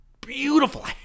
beautiful